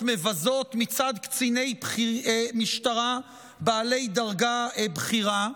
מבזות מצד קציני משטרה בעלי דרגה בכירה.